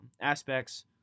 aspects